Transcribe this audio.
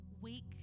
weak